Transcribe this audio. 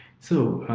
so,